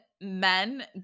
men